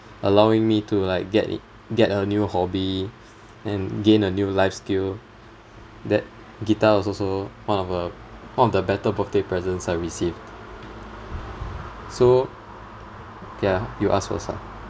allowing me to like get a get a new hobby and gain a new life skill that guitar was also one of a one of the better birthday presents I received so ya you ask first ah